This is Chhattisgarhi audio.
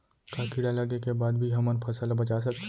का कीड़ा लगे के बाद भी हमन फसल ल बचा सकथन?